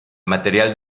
material